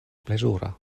plezura